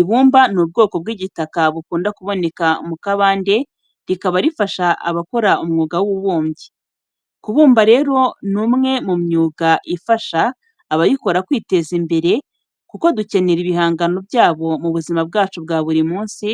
Ibumba ni ubwoko bw'igitaka bukunda kuboneka mu kabande rikaba rifasha abakora umwuga w'ububumbyi. Kubumba rero ni umwe mu myuga ifasha abayikora kwiteza imbere kuko dukenera ibihangano byabo mu buzima bwacu bwa buri munsi,